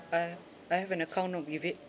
I I have an account on with it